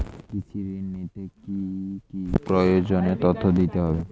কৃষি ঋণ নিতে কি কি প্রয়োজনীয় তথ্য দিতে হবে?